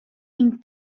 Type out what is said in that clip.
une